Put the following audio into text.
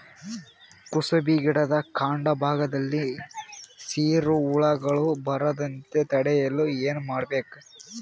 ಕುಸುಬಿ ಗಿಡದ ಕಾಂಡ ಭಾಗದಲ್ಲಿ ಸೀರು ಹುಳು ಬರದಂತೆ ತಡೆಯಲು ಏನ್ ಮಾಡಬೇಕು?